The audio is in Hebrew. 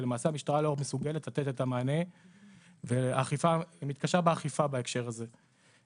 ולמעשה המשטרה לא מסוגלת לתת את המענה ומתקשה באכיפה בהקשר הזה.